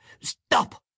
Stop